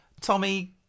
Tommy